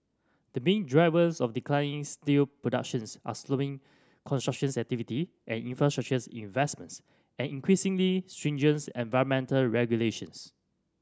the main drivers of declining steel productions are slowing construction activity and infrastructure investments and increasingly stringent environmental regulations